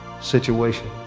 situation